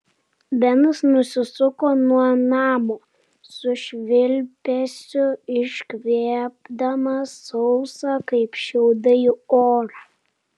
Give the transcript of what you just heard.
benas nusisuko nuo namo su švilpesiu iškvėpdamas sausą kaip šiaudai orą